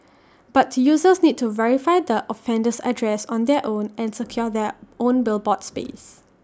but users need to verify the offender's address on their own and secure their own billboard space